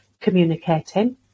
communicating